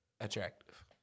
attractive